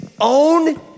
own